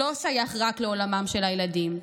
לא שייך רק לעולמם של הילדים.